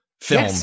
film